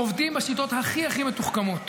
עובדים בשיטות הכי הכי מתוחכמות